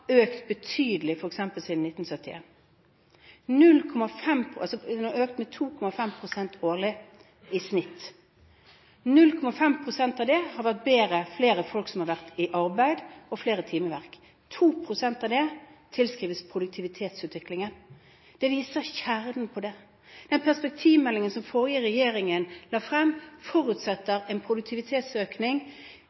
økt betydelig f.eks. siden 1971, med 2,5 pst. årlig i snitt. 0,5 pst. av det har vært fordi flere folk har vært i arbeid, og det har vært flere timeverk. 2 pst. av det tilskrives produktivitetsutviklingen. Det viser kjernen i det. Den perspektivmeldingen som den forrige regjeringen la frem,